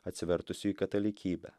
atsivertusių į katalikybę